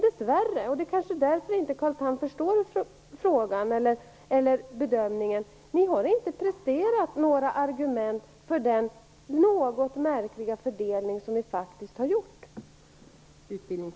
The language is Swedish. Dessvärre - och det kanske är därför Carl Tham inte förstår bedömningen - har inte departementet presterat några argument för den något märkliga fördelning som gjorts.